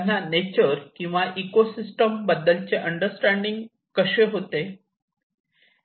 त्यांना नेचर किंवा इकोसिस्टम याबद्दलचे अंडरस्टँडिंग कसे होते